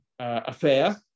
affair